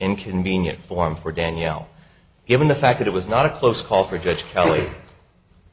inconvenient form for danielle given the fact that it was not a close call for judge kelly